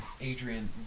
Adrian